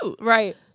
right